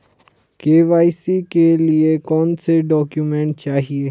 KYC के लिए कौनसे डॉक्यूमेंट चाहिये?